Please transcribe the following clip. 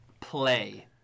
Play